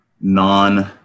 non